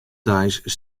deis